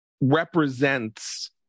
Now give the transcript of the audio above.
represents